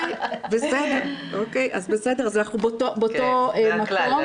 אז בסדר, אנחנו באותו מקום.